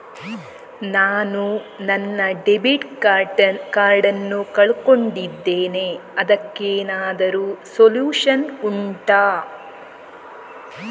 ನಾನು ನನ್ನ debit card ನ್ನು ಕಳ್ಕೊಂಡಿದ್ದೇನೆ ಅದಕ್ಕೇನಾದ್ರೂ ಸೊಲ್ಯೂಷನ್ ಉಂಟಾ